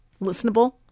listenable